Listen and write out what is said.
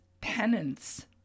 penance